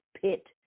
pit